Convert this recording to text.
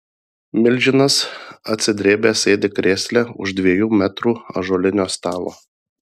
milžinas atsidrėbęs sėdi krėsle už dviejų metrų ąžuolinio stalo